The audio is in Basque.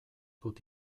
dut